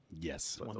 yes